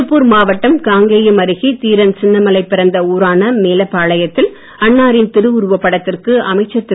திருப்பூர் மாவட்டம் காங்கேயம் அருகே தீரன் சின்னமலை பிறந்த ஊரான மேலப்பாளையத்தில் அன்னாரின் திருஉருவ படத்திற்கு அமைச்சர் திரு